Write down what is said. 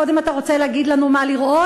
קודם אתה רוצה להגיד לנו מה לראות?